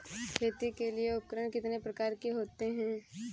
खेती के लिए उपकरण कितने प्रकार के होते हैं?